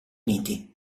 uniti